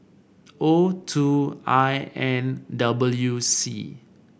O two I N W C